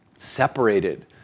separated